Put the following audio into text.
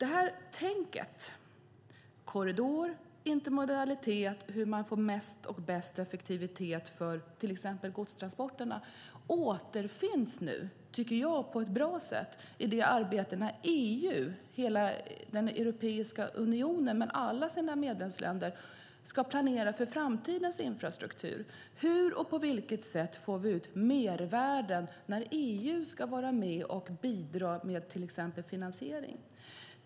Tänket om korridor, intermodalitet och hur man får mest och bäst effektivitet för till exempel godstransporterna återfinns på ett bra sätt när Europeiska unionen med alla sina medlemsländer ska planera för framtidens infrastruktur. Hur och på vilket sätt får vi ut mervärden när EU ska vara med och bidra med till exempel finansiering?